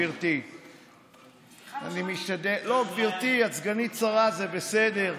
בכלל לא שמעתי, לא, גברתי, את סגנית שר, זה בסדר.